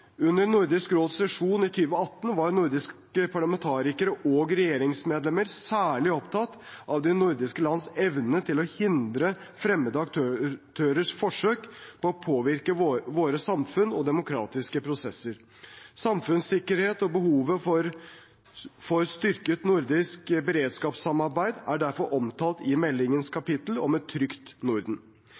Under Nordisk råds sesjon i 2018 var nordiske parlamentarikere og regjeringsmedlemmer særlig opptatt av de nordiske lands evne til å hindre fremmede aktørers forsøk på å påvirke våre samfunn og demokratiske prosesser. Samfunnssikkerhet og behovet for et styrket nordisk beredskapssamarbeid er derfor omtalt i meldingens kapittel «Et trygt Norden».